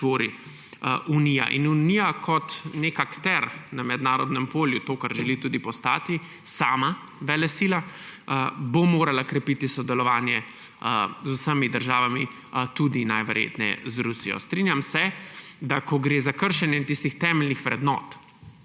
tvori Unija. Unija kot neki akter na mednarodnem polju, to, kar želi tudi postati, sama velesila, bo morala krepiti sodelovanje z vsemi državami, najverjetneje tudi z Rusijo. Strinjam se, da ko gre za kršenje tistih temeljnih vrednot,